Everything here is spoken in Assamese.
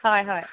হয় হয়